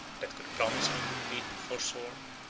that could promise only to be forsworn,